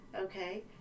Okay